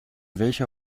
welcher